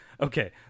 Okay